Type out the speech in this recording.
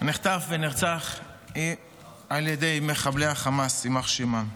נחטף ונרצח על ידי מחבלי החמאס, יימח שמם.